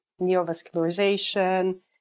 neovascularization